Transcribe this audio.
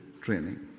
training